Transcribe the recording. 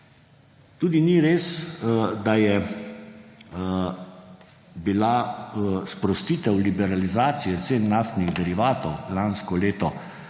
Tudi ni res, da je bila sprostitev liberalizacije cen naftnih derivatov lansko leto